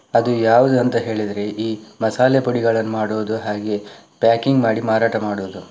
ಅದು ಯಾವುದು ಅಂತ ಹೇಳಿದರೆ ಈ ಮಸಾಲೆ ಪುಡಿಗಳನ್ನು ಮಾಡುವುದು ಹಾಗೆ ಪ್ಯಾಕಿಂಗ್ ಮಾಡಿ ಮಾರಾಟ ಮಾಡುವುದು